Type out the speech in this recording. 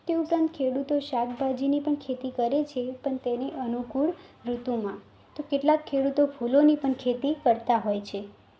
તે ઉપરાંત ખેડૂતો શાકભાજીની પણ ખેતી કરે છે પણ તેની અનુકૂળ ઋતુમાં તો કેટલાક ખેડૂતો ફૂલોની પણ ખેતી કરતા હોય છે